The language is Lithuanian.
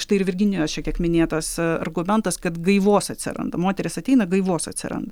štai ir virginijos šiek tiek minėtas argumentas kad gaivos atsiranda moteris ateina gaivos atsiranda